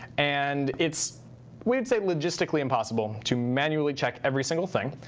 and it's we'd say logistically impossible to manually check every single thing.